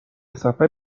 سفر